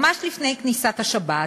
ממש לפני כניסת השבת,